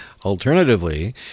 Alternatively